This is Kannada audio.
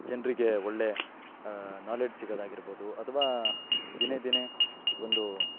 ಜನರಿಗೆ ಒಳ್ಳೆ ನಾಲೆಡ್ಜ್ ಸಿಗದಾಗಿರ್ಬೋದು ಅಥವಾ ದಿನೇ ದಿನೇ ಒಂದು